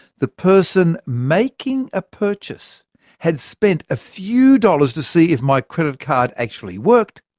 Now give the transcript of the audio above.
the person making a purchase had spent a few dollars to see if my credit card actually worked,